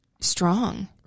strong